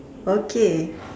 okay